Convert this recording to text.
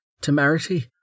Temerity